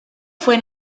fue